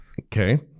Okay